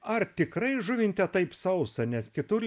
ar tikrai žuvinte taip sausa nes kitur